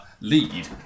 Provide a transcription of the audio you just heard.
lead